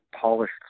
polished